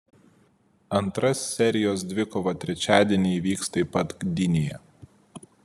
antra serijos dvikova trečiadienį įvyks taip pat gdynėje